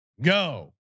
go